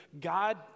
God